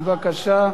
בבקשה.